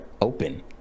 open